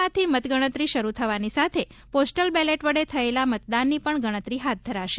માંથી મતગણતરી શરૂ થવાની સાથે પોસ્ટલ બેલેટ વડે થયેલા મતદાનની પણ ગણતરી હાથ ધરાશે